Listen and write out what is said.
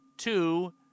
Two